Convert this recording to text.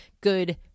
good